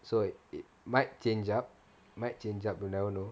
so it might change up might change up you never know